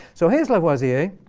so here is lavoisier.